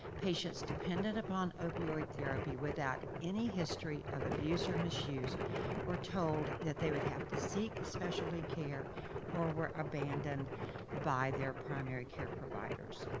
patients dependent upon opioid therapy without any history of abuse or misuse were told that they would have to seek specialty care or were abandoned by their primary care providers.